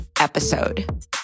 episode